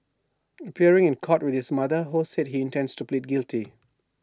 appearing in court with his mother ho said he intends to plead guilty